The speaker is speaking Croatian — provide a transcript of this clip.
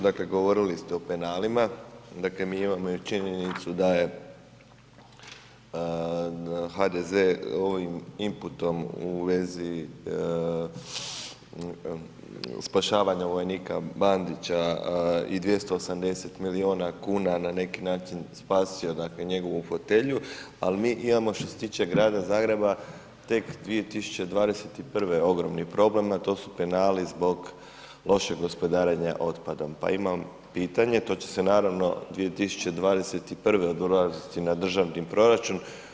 Dakle govorili ste o penalima, mi imamo činjenicu da je HDZ ovim imputom u vezi spašavanja vojnika Bandića i 280 milijuna kuna na neki način spasio njegovu fotelju, ali mi imamo što se tiče grada Zagreba tek 2021. ogromni problem, a to su penali zbog lošeg gospodarenja otpadom, pa imam pitanje, to će se naravno 2021. odraziti na državni proračun.